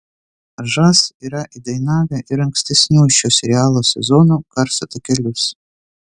žas yra įdainavę ir ankstesnių šio serialo sezonų garso takelius